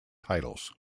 titles